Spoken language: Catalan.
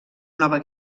nova